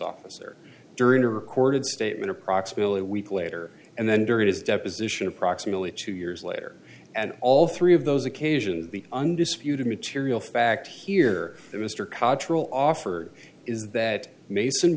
officer during a recorded statement approximately a week later and then during his deposition approximately two years later and all three of those occasions the undisputed material fact here that mr cotterell offered is that mason